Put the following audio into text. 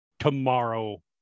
Tomorrow